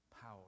power